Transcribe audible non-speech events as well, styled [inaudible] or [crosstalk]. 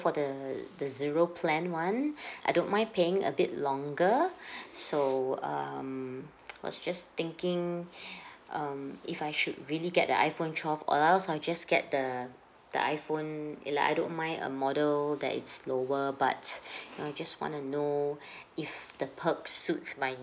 for the the zero plan [one] [breath] I don't mind paying a bit longer so um was just thinking [breath] um if I should really get the iphone twelve or else I'll just get the the iphone lah I don't mind a model that it's lower but know just want to know if the perks suits my